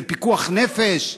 זה פיקוח נפש?